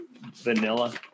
vanilla